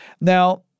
now